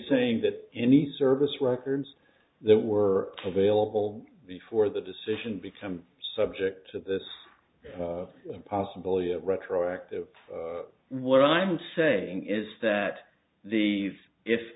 saying that any service records that were available before the decision become subject to the possibility of retroactive what i'm saying is that the if